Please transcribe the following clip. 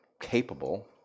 capable